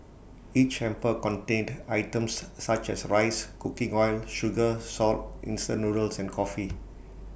each hamper contained items such as rice cooking oil sugar salt instant noodles and coffee